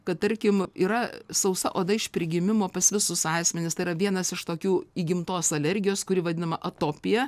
kad tarkim yra sausa oda iš prigimimo pas visus asmenis tai yra vienas iš tokių įgimtos alergijos kuri vadinama atopija